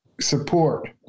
support